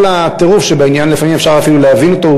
הטירוף שבעניין לפעמים אפשר אפילו להבין אותו,